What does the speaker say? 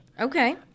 Okay